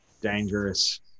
dangerous